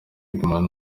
hegman